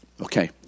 Okay